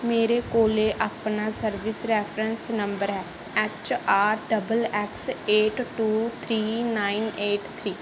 ਮੇਰੇ ਕੋਲ ਆਪਣਾ ਸਰਵਿਸ ਰੈਫਰੈਂਸ ਨੰਬਰ ਹੈ H R double X eight two three nine eight three